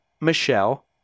Michelle